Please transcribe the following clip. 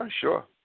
sure